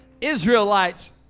Israelites